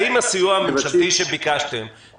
האם הסיוע הממשלתי שביקשתם,